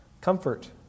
comfort